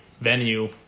venue